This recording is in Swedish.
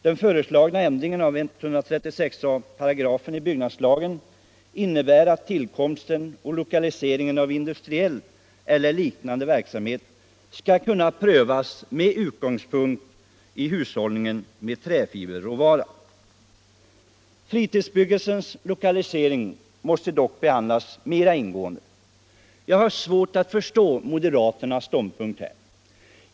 Den föreslagna ändringen av 136 a § byggnadslagen innebär att tillkomsten och lokaliseringen av industriell eller liknande verksamhet skall kunna prövas med utgångspunkt i hushållningen med träfiberråvara. Fritidsbebyggelsens lokalisering måste dock behandlas mer ingående. Jag har svårt att förstå moderaternas ståndpunkt här.